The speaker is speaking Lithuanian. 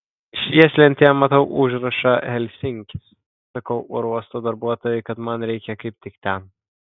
švieslentėje matau užrašą helsinkis sakau oro uosto darbuotojai kad man reikia kaip tik ten